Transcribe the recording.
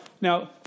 Now